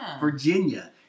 Virginia